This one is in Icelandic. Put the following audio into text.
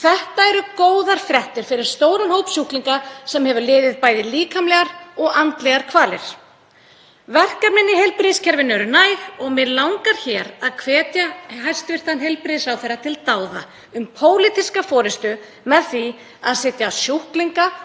Þetta eru góðar fréttir fyrir stóran hóp sjúklinga sem hefur liðið bæði líkamlegar og andlegar kvalir. Verkefnin í heilbrigðiskerfinu eru næg og mig langar hér að hvetja hæstv. heilbrigðisráðherra til dáða í pólitískri forystu um að setja sjúklinga